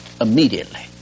immediately